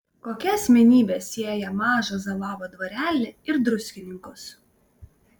kokia asmenybė sieja mažą zalavo dvarelį ir druskininkus